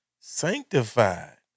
sanctified